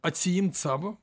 atsiimt savo